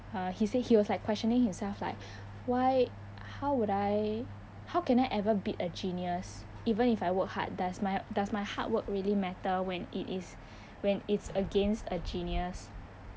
uh he say he was like questioning himself like why how would I how can I ever beat a genius even if I work hard does my does my hardwork really matter when it is when it's against a genius